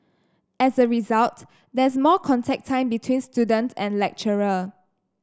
as a result there's more contact time between student and lecturer